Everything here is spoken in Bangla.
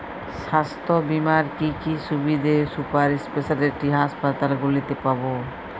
স্বাস্থ্য বীমার কি কি সুবিধে সুপার স্পেশালিটি হাসপাতালগুলিতে পাব?